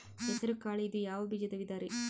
ಹೆಸರುಕಾಳು ಇದು ಯಾವ ಬೇಜದ ವಿಧರಿ?